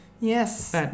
Yes